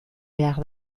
behar